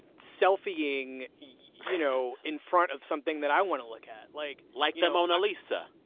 selfie-ing, you know, in front of something that i want to look at, like. like the mona lisa.